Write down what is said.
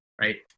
right